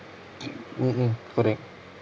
mmhmm correct